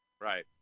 Right